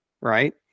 Right